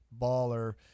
Baller